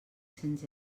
cents